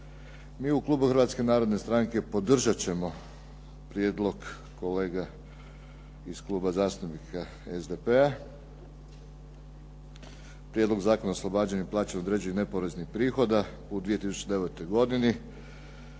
mi u klubu Hrvatske narodne stranke podržat ćemo prijedlog kolege iz Kluba zastupnika SDP-a. Prijedlog zakona o oslobađanju plaćanja određenog neporeznih prihoda u 2009. godini,